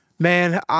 Man